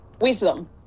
Wisdom